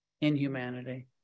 inhumanity